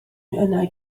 wnei